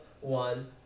one